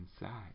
inside